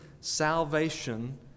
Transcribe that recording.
salvation